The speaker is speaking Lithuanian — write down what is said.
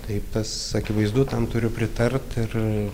taip tas akivaizdu tam turiu pritart ir